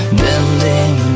bending